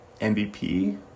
MVP